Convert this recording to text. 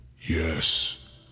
Yes